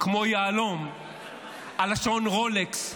כמו יהלום על שעון הרולקס.